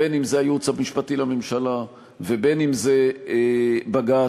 בין שזה הייעוץ המשפטי לממשלה ובין שזה בג"ץ,